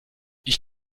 ich